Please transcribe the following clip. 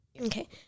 Okay